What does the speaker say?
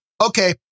okay